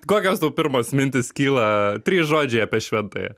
kokios tau pirmos mintys kyla trys žodžiai apie šventąją